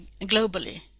globally